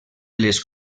les